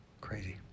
Crazy